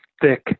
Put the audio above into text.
thick